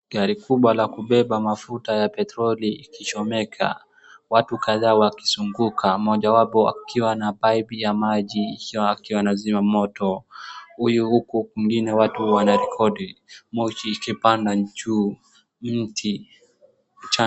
Gari kubwa la kubeba mafuta ya petroli ikichomeka. Watu kadhaa wakizunguka, mmoja wapo akiwa na pipe ya maji akiwa anazima moto, huyu huku kwingine watu wanarekodi, moshi ikipanda juu miti.